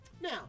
Now